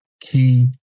key